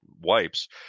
wipes